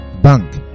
Bank